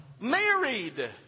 married